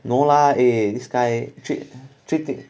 no lah eh this guy trade treaty